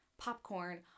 Popcorn